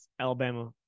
Alabama